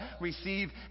Receive